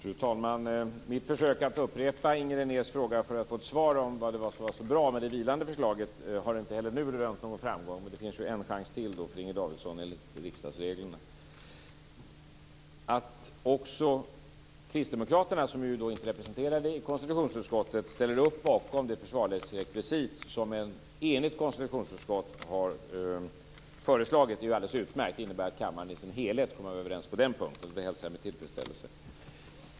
Fru talman! Mitt försöka att upprepa Inger Renés fråga för att få ett svar på vad det är som är så bra med det vilande förslaget har inte rönt någon framgång. Men det finns ju en chans till för Inger Davidson enligt riksdagsreglerna. Att också kristdemokraterna, som alltså inte är representerande i konstitutionsutskottet, ställer upp bakom det försvarlighetsrekvisit som ett enigt konstitutionsutskott har föreslagit är alldeles utmärkt. Det innebär att kammaren i sin helhet kommer att vara överens på den punkten. Det hälsar jag med tillfredsställelse.